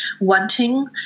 wanting